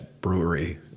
brewery